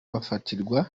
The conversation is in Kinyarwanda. bafatirwa